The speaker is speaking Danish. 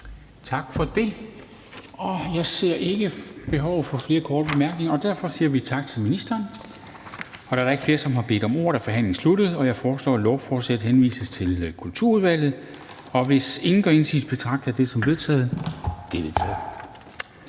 Tak for det. Jeg ser ikke behov for flere korte bemærkninger, og derfor siger vi tak til ministeren. Da der ikke er flere, som har bedt om ordet, er forhandlingen sluttet. Jeg foreslår, at lovforslaget henvises til Kulturudvalget. Hvis ingen gør indsigelse, betragter jeg det som vedtaget. Det er vedtaget.